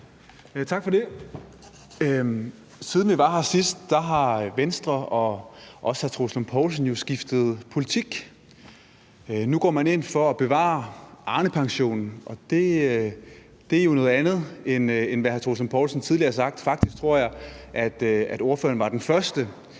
Siden vi var her sidst, har Venstre og også hr. Troels Lund Poulsen jo skiftet politik. Nu går man ind for at bevare Arnepensionen, og det er jo noget andet, end hvad hr. Troels Lund Poulsen tidligere har sagt. Faktisk tror jeg, at ordføreren var den første